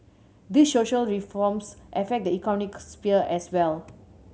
these social reforms affect the economic sphere as well